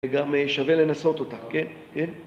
וגם שווה לנסות אותה, כן? כן?